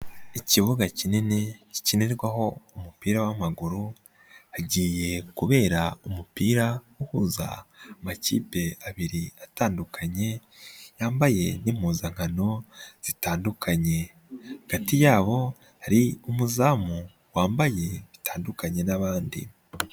Ikibuga kinini gikinirwaho umupira w'amaguru hagiye kubera umupira uhuza amakipe abiri atandukanye, yambaye n'impuzankano zitandukanye, hagati yabo hari umuzamu wambaye bitandukanye n'abandi.